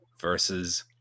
versus